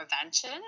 prevention